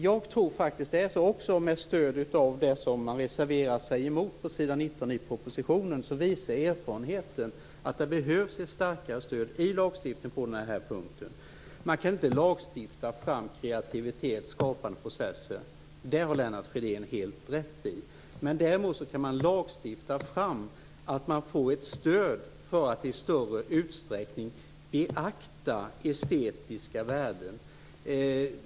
Jag tror faktiskt, också med stöd av den text på s. 19 i propositionen som man har reserverat sig mot, att erfarenheten visar att det behövs ett starkare stöd i lagstiftningen på den här punkten. Lennart Fridén har helt rätt i att man inte kan lagstifta fram kreativitet och skapande processer, men däremot kan man lagstifta fram ett stöd för att i större utsträckning beakta estetiska värden.